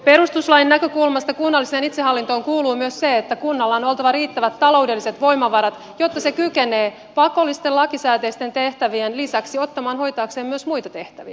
perustuslain näkökulmasta kunnalliseen itsehallintoon kuuluu myös se että kunnalla on oltava riittävät taloudelliset voimavarat jotta se kykenee pakollisten lakisääteisten tehtävien lisäksi ottamaan hoitaakseen myös muita tehtäviä